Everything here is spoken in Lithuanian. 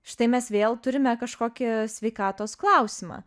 štai mes vėl turime kažkokį sveikatos klausimą